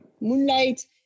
Moonlight